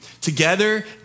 together